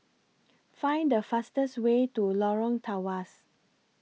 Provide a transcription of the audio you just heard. Find The fastest Way to Lorong Tawas